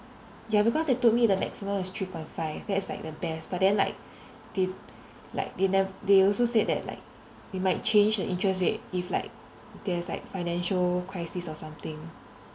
ya because they told me the maximum is three point five that's like the best but then like th~ like they nev~ they also said that like we might change the interest rate if like there's like financial crisis or something